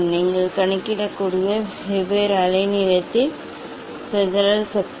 நீங்கள் கணக்கிடக்கூடிய வெவ்வேறு அலைநீளத்தில் சிதறல் சக்தி